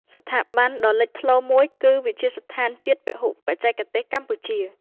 ស្ថាប័នដ៏លេចធ្លោមួយគឺ វិទ្យាស្ថានជាតិពហុបច្ចេកទេសកម្ពុជា។